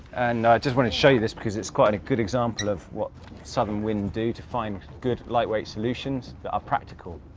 just want to show you this, because it's quite a good example of what southern wind do to find good lightweight solutions that are practical,